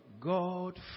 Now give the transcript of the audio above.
God